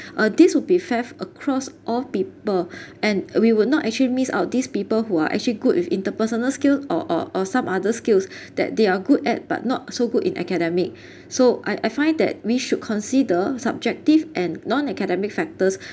uh this would be fair across all people and we will not actually miss out these people who are actually good with interpersonal skills or or or some other skills that they are good at but not so good in academic so I I find that we should consider subjective and non-academic factors